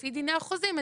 לפי דיני החוזים,